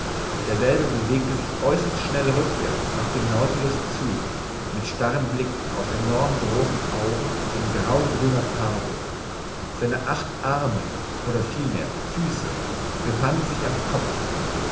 derselbe bewegte sich äußerst schnell rückwärts nach dem nautilus zu mit starrem blick aus enorm großen augen von graugrüner farbe seine acht arme oder vielmehr füße befanden sich am kopfe